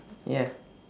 ya